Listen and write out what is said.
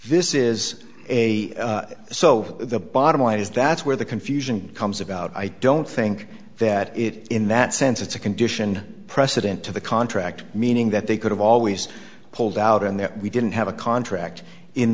this is a so the bottom line is that's where the confusion comes about i don't think that it in that sense it's a condition precedent to the contract meaning that they could have always pulled out and that we didn't have a contract in